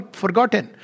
forgotten